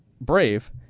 Brave